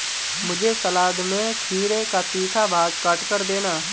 मुझे सलाद में खीरे का तीखा भाग काटकर देना